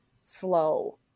slow